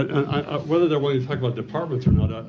and whether they're willing to talk about departments or not,